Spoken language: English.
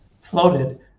floated